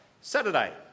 Saturday